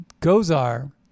Gozar